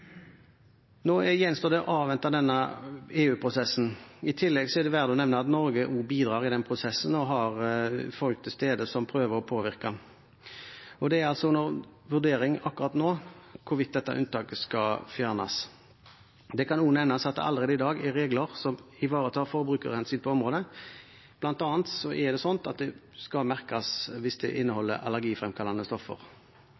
tillegg er det verdt å nevne at Norge også bidrar i den prosessen og har folk til stede som prøver å påvirke, og det er altså under vurdering akkurat nå hvorvidt dette unntaket skal fjernes. Det kan også nevnes at det allerede i dag er regler som ivaretar forbrukerhensyn på området. Blant annet er det slik at det skal merkes hvis det inneholder allergifremkallende stoffer.